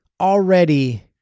already